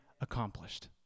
accomplished